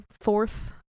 fourth